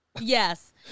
Yes